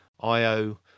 Io